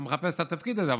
אני לא מחפש את התפקיד הזה,